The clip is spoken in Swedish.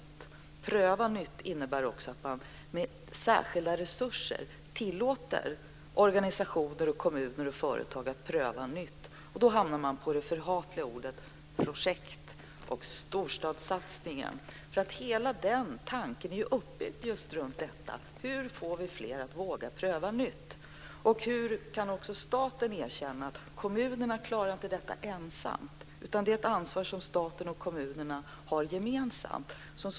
Att man prövar nytt innebär att man med särskilda resurser tillåter organisationer och företag att pröva nya saker. Då stöter man på de förhatliga orden "projekt" och Denna satsning är tillkommen just för att få fler att våga pröva nytt. Hur får vi staten att erkänna att kommunerna inte klarar detta ensamma utan att det är ett ansvar som staten och kommunerna har gemensamt?